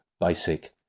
basic